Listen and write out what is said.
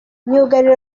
myugariro